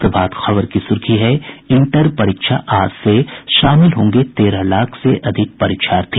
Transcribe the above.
प्रभात खबर की सुर्खी है इंटर परीक्षा आज से शामिल होंगे तेरह लाख से अधिक परीक्षार्थी